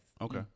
Okay